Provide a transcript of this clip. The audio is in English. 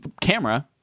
camera